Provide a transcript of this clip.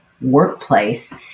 workplace